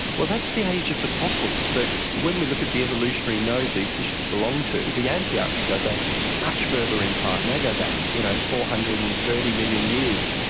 well, that's the age of the fossils, but when we look at the evolutionary node these fishes belong to, the antiarchs go back much further in time, they go back you know four hundred and thirty million years,